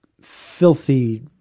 filthy